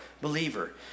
believer